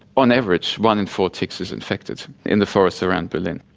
on average one in four ticks is infected in the forest around berlin.